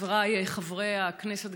חבריי חברי הכנסת,